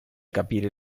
capire